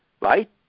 right